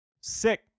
Sick